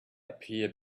appear